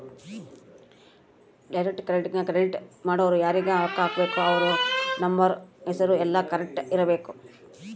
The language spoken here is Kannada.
ಡೈರೆಕ್ಟ್ ಕ್ರೆಡಿಟ್ ಮಾಡೊರು ಯಾರೀಗ ರೊಕ್ಕ ಹಾಕಬೇಕು ಅವ್ರ ಅಕೌಂಟ್ ನಂಬರ್ ಹೆಸರು ಯೆಲ್ಲ ಕರೆಕ್ಟ್ ಇರಬೇಕು